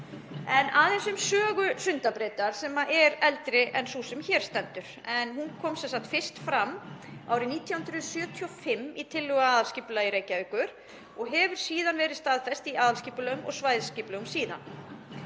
Aðeins um sögu Sundabrautar, sem er eldri en sú sem hér stendur. Hún kom sem sagt fyrst fram árið 1975 í tillögu að aðalskipulagi Reykjavíkur og hefur síðan verið staðfest í aðalskipulagi og svæðisskipulagi.